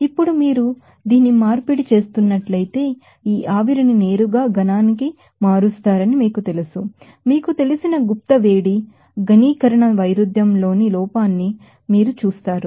ఇప్పుడు మీరు దీన్ని మార్పిడి చేస్తున్నట్లయితే ఈ వేపర్ ని నేరుగా సాలిడ్ కి మారుస్తారని మీకు తెలుసు మీకు తెలిసిన సెన్సిబిల్ హీట్ సోలిడిఫికేషన్ డిస్కోర్డ్ సబ్లిమేషన్న్ని ఘనీకరణ వైరుధ్య ం లోపాన్ని మీరు చూస్తారు